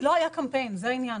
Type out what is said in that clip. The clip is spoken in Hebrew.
לא היה קמפיין, זה העניין.